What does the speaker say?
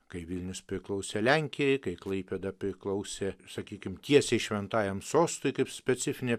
kai vilnius priklausė lenkijai kai klaipėda priklausė sakykim tiesiai šventajam sostui kaip specifinė